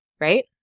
right